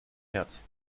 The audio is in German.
herz